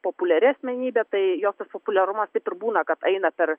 populiari asmenybė tai jo tas populiarumas taip ir būna kad eina per